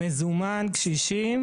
מזומן, קשישים,